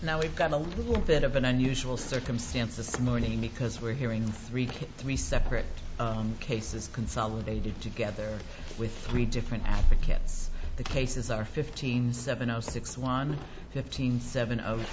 now we've got a little bit of an unusual circumstance this morning because we're hearing three to three separate cases consolidated together with three different advocates the cases are fifteen seven o six one fifteen seven of